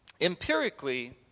Empirically